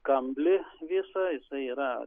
kamblį visą jisai yra